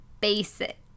basic